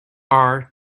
are